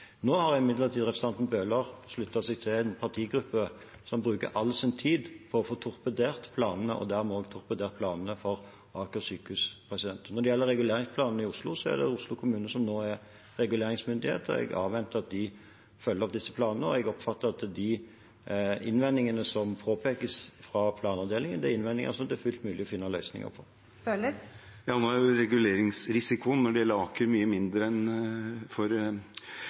Nå har imidlertid representanten Bøhler sluttet seg til en partigruppe som bruker all sin tid på å få torpedert planene og dermed også torpedert planene for Aker sykehus. Når det gjelder reguleringsplanen i Oslo, er det Oslo kommune som nå er reguleringsmyndighet. Jeg avventer at de følger opp disse planene, og jeg oppfatter at de innvendingene som påpekes fra planavdelingen, er innvendinger det er fullt mulig å finne løsninger på. Jan Bøhler – til oppfølgingsspørsmål. Nå er reguleringsrisikoen når det gjelder Aker, mye mindre enn for